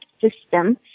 system